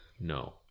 No